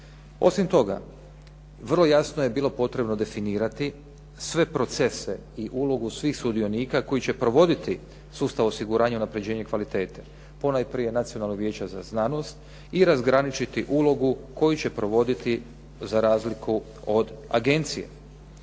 Osim toga, vrlo jasno je bilo potrebno definirati sve procese i ulogu svih sudionika koji će provoditi sustav osiguranja i unapređenje kvalitete, ponajprije Nacionalnog vijeća za znanost i razgraničiti ulogu koju će provoditi za razliku od agencije.